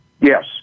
Yes